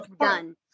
done